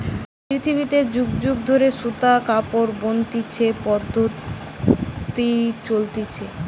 পৃথিবীতে যুগ যুগ ধরে সুতা থেকে কাপড় বনতিছে পদ্ধপ্তি চলতিছে